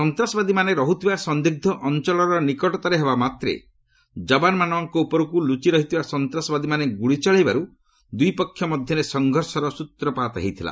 ସନ୍ତାସବାଦୀମାନେ ରହୁଥିବା ସନ୍ଦିଗ୍ଧ ଅଞ୍ଚଳର ନିକଟତର ହେବାମାତ୍ରେ ଯବାନମାନଙ୍କ ଉପରକୁ ଲୁଚିରହିଥିବା ସନ୍ତାସବାଦୀମାନେ ଗୁଳି ଚଳାଇବାରୁ ଦୁଇ ପକ୍ଷ ମଧ୍ୟରେ ସଂଘର୍ଷର ସ୍ନତ୍ରପାତ ହୋଇଥିଲା